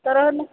तोरा ओने